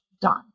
done